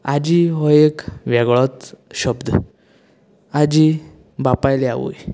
आजी हो एक वेगळोच शब्द आजी बापायली आवय